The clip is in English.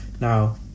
now